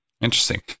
Interesting